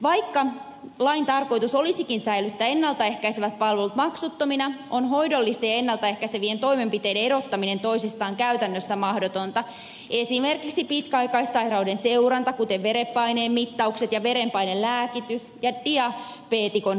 vaikka lain tarkoitus olisikin säilyttää ennalta ehkäisevät palvelut maksuttomina on hoidollisten ja ennalta ehkäisevien toimenpiteiden erottaminen toisistaan käytännössä mahdotonta esimerkiksi pitkäaikaissairauden seuranta kuten verenpaineen mittaukset ja verenpainelääkitys ja diabeetikon hoito